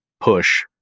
push